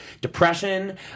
depression